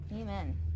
Amen